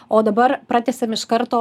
o dabar pratęsiam iš karto